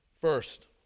First